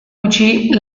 gutxi